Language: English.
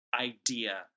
idea